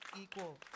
equal